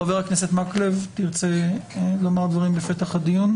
חבר הכנסת מקלב, תרצה לומר דברים בפתח הדיון?